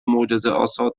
معجزهآسا